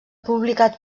publicat